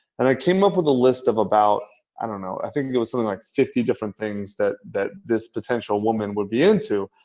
and i came up with a list of about, i don't know, i think it was something like fifty different things that that this potential woman would be into.